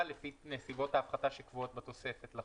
לפי נסיבות ההפחתה שקבועות בתוספת לחוק.